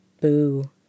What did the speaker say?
Boo